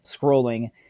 scrolling